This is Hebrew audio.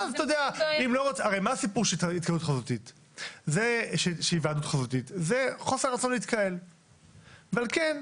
הסיפור של היוועדות חזותית הוא חוסר רצון להתקהל ועל כן,